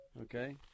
Okay